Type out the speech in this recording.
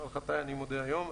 על חטאיי אני מודה היום.